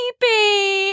Baby